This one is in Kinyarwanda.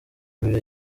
mbere